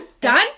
Done